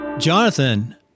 Jonathan